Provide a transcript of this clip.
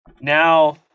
now